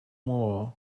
more